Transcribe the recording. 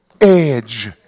edge